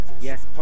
Yes